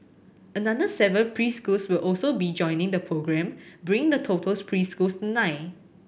another seven preschools will also be joining the programme bringing the totals preschools to nine